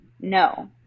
No